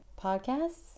Podcasts